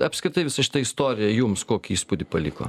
apskritai visa šita istorija jums kokį įspūdį paliko